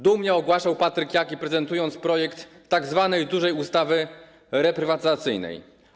Dumnie ogłaszał Patryk Jaki, prezentując projekt tzw. dużej ustawy reprywatyzacyjnej.